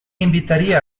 invitaría